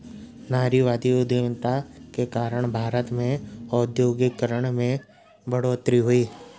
नारीवादी उधमिता के कारण भारत में औद्योगिकरण में बढ़ोतरी हुई